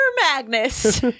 Magnus